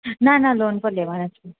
ના ના લોન પર લેવાનાં છીએ